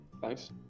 Thanks